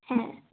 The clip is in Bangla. হ্যাঁ